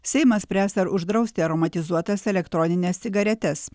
seimas spręs ar uždrausti aromatizuotas elektronines cigaretes